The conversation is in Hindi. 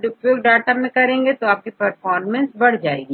डेटा उपयोग करें तो आपकी परफॉर्मेंस बढ़ जाएगी